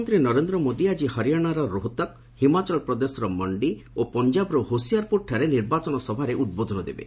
ପ୍ରଧାନମନ୍ତ୍ରୀ ନରେନ୍ଦ୍ର ମୋଦି ଆଜି ହରିଆଶାର ରୋହତକ ହିମାଚଳ ପ୍ରଦେଶର ମଣ୍ଡି ଓ ପଞ୍ଜାବର ହୋସିଆରପୁରଠାରେ ନିର୍ବାଚନ ସଭାରେ ଉଦ୍ବୋଧନ ଦେବେ